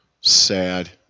sad